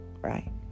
Right